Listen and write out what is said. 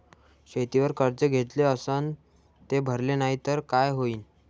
शेतीवर कर्ज घेतले अस ते भरले नाही तर काय होईन?